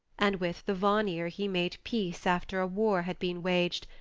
and with the vanir he made peace after a war had been waged,